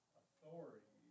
authority